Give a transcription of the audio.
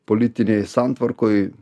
politinėj santvarkoj